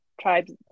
tribes